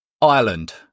Ireland